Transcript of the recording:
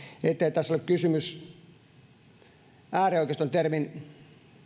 ettei tässä ole kysymys äärioikeisto termin